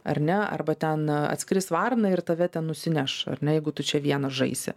ar ne arba ten atskris varna ir tave ten nusineš ar ne jeigu tu čia vienas žaisi